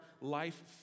life